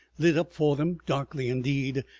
lit up for them darkly indeed,